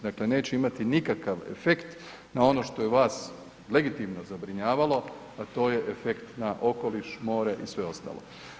Dakle, neće imati nikakav efekt na ono što je vas legitimno zabrinjavalo, a to je efekt na okoliš, more i sve ostalo.